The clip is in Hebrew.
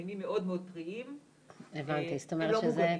מחלימים מאוד מאוד טריים, הם לא מוגנים.